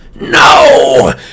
no